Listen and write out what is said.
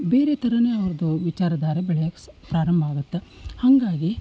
ಬೇರೆ ಥರನೇ ಅವ್ರದು ವಿಚಾರಧಾರೆ ಬೆಳಿಯಕ್ಕೆ ಸ್ ಪ್ರಾರಂಭ ಆಗುತ್ತೆ ಹಾಗಾಗಿ